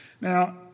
Now